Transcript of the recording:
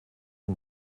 und